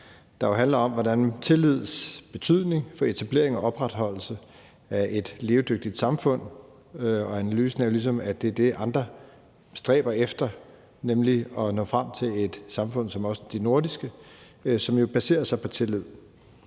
der handler om tillids betydning for etableringen og opretholdelsen af et levedygtigt samfund. Analysen er jo ligesom, at det er det, andre stræber efter, nemlig at nå frem til et samfund som de nordiske, som baserer sig på tillid.